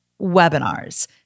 webinars